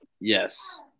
Yes